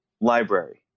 library